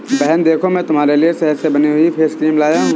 बहन देखो मैं तुम्हारे लिए शहद से बनी हुई फेस क्रीम लाया हूं